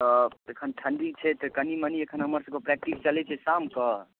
तऽ एखन ठण्डी छै तऽ कनी मनी एखन हमर सबकऽ प्रैक्टिस चलै छै शामके